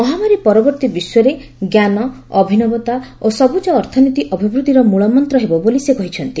ମହାମାରୀ ପରବର୍ତ୍ତୀ ବିଶ୍ୱରେ ଜ୍ଞାନ ଅଭିନବତା ଓ ସବୁଜ ଅର୍ଥନୀତି ଅଭିବୃଦ୍ଧିର ମଳମନ୍ତ୍ର ହେବ ବୋଲି ସେ କହିଛନ୍ତି